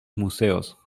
museos